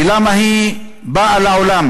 ולמה היא באה לעולם?